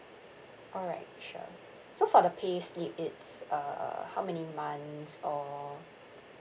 alright sure so for the pay slip it's err how many months or